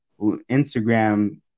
Instagram